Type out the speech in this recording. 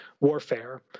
warfare